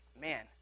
man